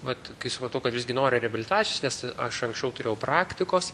vat kai supratau kad visgi noriu reabilitacijos nes aš anksčiau turėjau praktikos